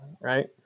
right